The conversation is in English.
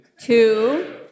Two